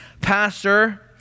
Pastor